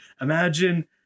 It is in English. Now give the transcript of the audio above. Imagine